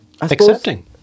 accepting